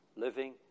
living